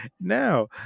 Now